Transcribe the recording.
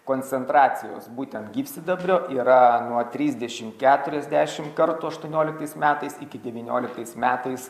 koncentracijos būtent gyvsidabrio yra nuo trisdešim keturiasdešim kartų aštuonioliktais metais iki devynioliktais metais